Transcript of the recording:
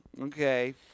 Okay